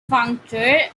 functor